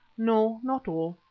no, not all.